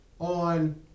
on